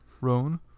Roan